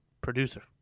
producer